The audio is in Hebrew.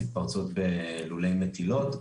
התפרצות בלולי מטילות,